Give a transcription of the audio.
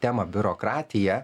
temą biurokratija